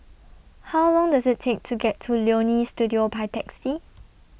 How Long Does IT Take to get to Leonie Studio By Taxi